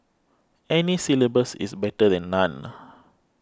any syllabus is better than none